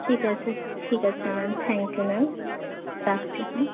ঠিক আছে ঠিক আছে ম্যাম থ্যাংকইউ ম্যাম রাখছি হ্যাঁ